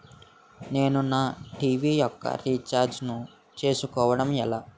నేను నా టీ.వీ యెక్క రీఛార్జ్ ను చేసుకోవడం ఎలా?